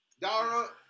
Dara